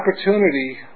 opportunity